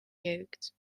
jeukt